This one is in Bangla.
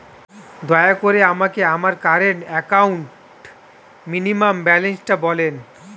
দয়া করে আমাকে আমার কারেন্ট অ্যাকাউন্ট মিনিমাম ব্যালান্সটা বলেন